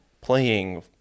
playing